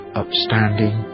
upstanding